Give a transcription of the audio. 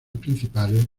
principales